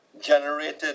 generated